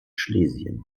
schlesien